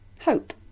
Hope